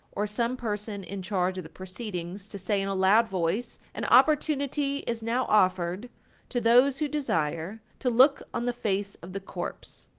or some person in charge of the proceedings, to say in a loud voice an opportunity is now offered to those who desire to look on the face of the corpse,